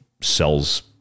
sells